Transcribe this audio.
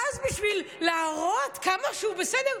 ואז בשביל להראות כמה שהוא בסדר: